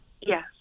Yes